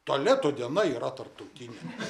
tualeto diena yra tarptautinė